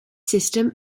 system